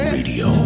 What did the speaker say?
Radio